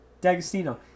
Dagostino